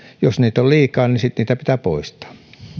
jos niitä on liikaa niin sitten niitä pitää poistaa